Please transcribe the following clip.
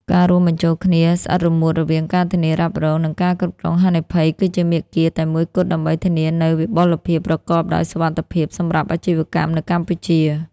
ការរួមបញ្ចូលគ្នាស្អិតរមួតរវាងការធានារ៉ាប់រង និងការគ្រប់គ្រងហានិភ័យ គឺជាមាគ៌ាតែមួយគត់ដើម្បីធានានូវ "វិបុលភាពប្រកបដោយសុវត្ថិភាព" សម្រាប់អាជីវកម្មនៅកម្ពុជា។